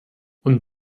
und